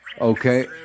Okay